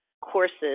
courses